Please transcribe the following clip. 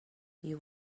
you